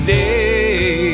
day